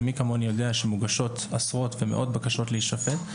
ומי כמוני יודע שמוגשות עשרות ומאות בקשות להישפט,